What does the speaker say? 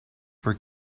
were